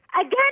again